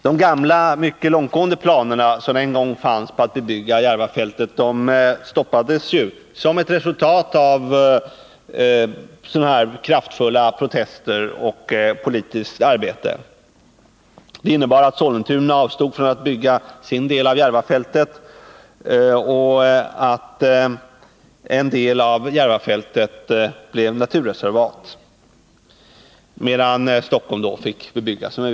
De gamla, mycket långtgående, planer som en gång fanns på att bebygga att förhindra be Järvafältet stoppades ju som ett resultat av sådana här kraftfulla protester och av politiskt arbete. Det innebar att Sollentuna avstod från att bygga sin del av Järvafältet och att en del av Järvafältet blev naturreservat, medan, som vi vet, Stockholm fick bebygga vissa delar.